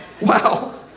Wow